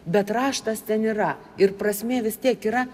bet raštas ten yra ir prasmė vis tiek yra